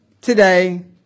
today